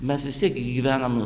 mes vistiek gi gyvenam